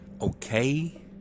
okay